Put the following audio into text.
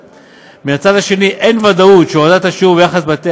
ומצד שני אין ודאות שהורדת השיעור לבתי